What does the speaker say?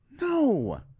no